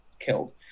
killed